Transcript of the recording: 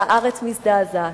והארץ מזדעזעת,